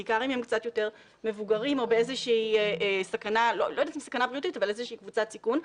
בעיקר אם הם קצת יותר מבוגרים או באיזושהי קבוצת סיכון.